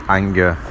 anger